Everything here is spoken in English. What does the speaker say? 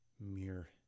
mirror